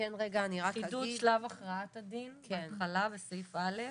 וכן רגע אני רק אגיד -- עידוד שלב הכרעת הדין בהתחלה בסעיף א'.